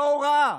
להוראה.